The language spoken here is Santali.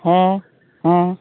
ᱦᱮᱸ ᱦᱮᱸ